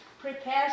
prepare